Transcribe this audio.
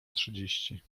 trzydzieści